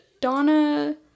Donna